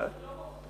לא,